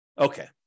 Okay